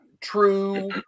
true